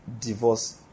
divorce